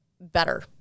better